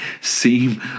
seem